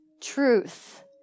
truth